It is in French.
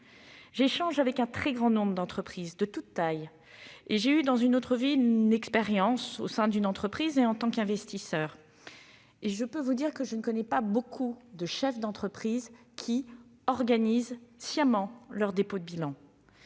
échanger avec un très grand nombre d'entreprises, de toutes tailles, et pour avoir eu, dans une vie antérieure, une expérience au sein d'une entreprise et comme investisseur, je puis vous assurer que je ne connais pas beaucoup de chefs d'entreprise qui organisent sciemment leur dépôt de bilan.